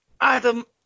Adam